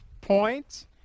point